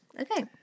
Okay